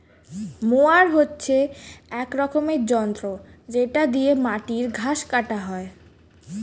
mower হচ্ছে এক রকমের যন্ত্র যেটা দিয়ে মাটির ঘাস কাটা হয়